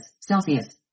Celsius